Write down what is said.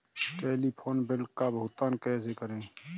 Telephone bill का भुगतान कैसे करें?